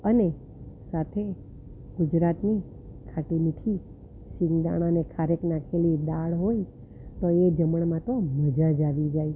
અને સાથે ગુજરાતની ખાટી મીઠી સીંગદાણા અને ખારેક નાખીને દાળ હોય તો એ જમણમાં તો મજા જ આવી જાય